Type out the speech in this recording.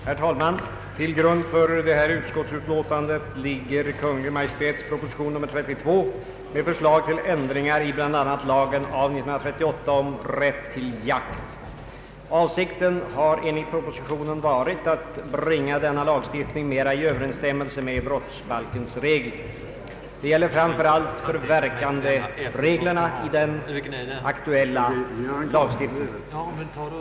Herr talman! Till grund för detta utskottsutlåtande ligger Kungl. Maj:ts proposition nr 32 med förslag till ändring i bl.a. lagen av 1938 om rätt till jakt. Avsikten har enligt propositionen varit att bringa denna lagstiftning mer i överensstämmelse med brottsbalkens regler. Det gäller framför allt förverkandereglerna i den nu aktuella lagstiftningen.